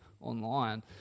online